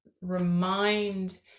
remind